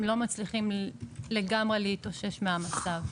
לא מצליחים לגמרי להתאושש מהמצב.